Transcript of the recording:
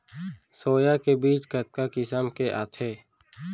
Soya के बीज कतका किसम के आथे?